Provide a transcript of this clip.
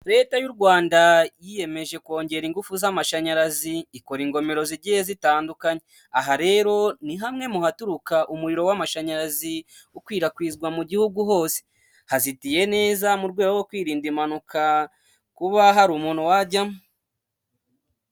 Leta y'u Rwanda yiyemeje kongera ingufu z'amashanyarazi, ikora ingomero zigiye zitandukanye. Aha rero ni hamwe mu haturuka umuriro w'amashanyarazi ukwirakwizwa mu gihugu hose. Hazitiye neza mu rwego rwo kwirinda impanuka, kuba hari umuntu wajyamo.